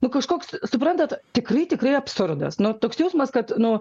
nu kažkoks suprantat tikrai tikrai absurdas nu toks jausmas kad nu